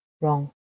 Wrong